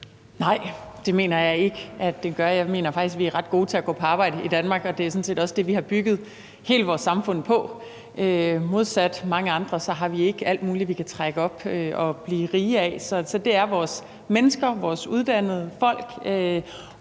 Nej, det mener jeg ikke at den gør. Jeg mener faktisk, vi er ret gode til at gå på arbejde i Danmark, og det er sådan set også det, vi har bygget hele vores samfund på. Modsat mange andre har vi ikke alt muligt, vi kan trække op af jorden og blive rige af, så det handler om vores mennesker, vores uddannede folk